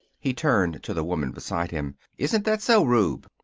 he turned to the woman beside him. isn't that so, rube?